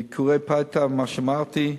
בביקורי פתע, כמו שאמרתי,